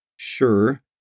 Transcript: Sure